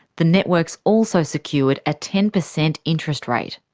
the networks also secured a ten percent interest rate.